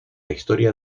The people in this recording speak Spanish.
historia